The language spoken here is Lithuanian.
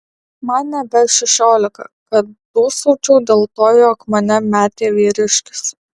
man nebe šešiolika kad dūsaučiau dėl to jog mane metė vyriškis